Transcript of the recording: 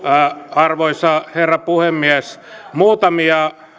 arvoisa herra puhemies muutamia